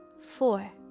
four